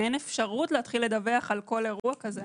אין אפשרות להתחיל לדווח על כל אירוע כזה.